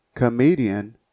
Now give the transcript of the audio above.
Comedian